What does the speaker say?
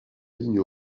ligne